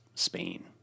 Spain